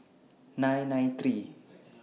nine nine three